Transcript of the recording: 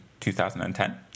2010